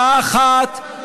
אתה אפילו לא מבין את הצעת החוק.